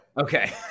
Okay